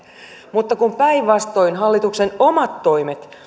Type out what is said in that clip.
mutta kun päinvastoin hallituksen omat toimet